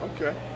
okay